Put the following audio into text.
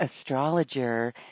astrologer